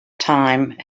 time